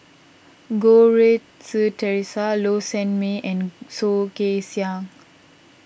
Goh Rui Si theresa Low Sanmay and Soh Kay Siang